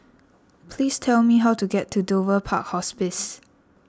please tell me how to get to Dover Park Hospice